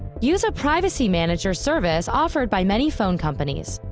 use a privacy manager service offered by many phone companies.